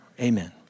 Amen